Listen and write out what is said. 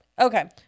Okay